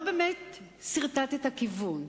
לא באמת סרטטת כיוון,